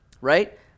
right